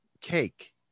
cake